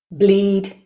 bleed